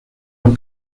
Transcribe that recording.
los